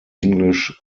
english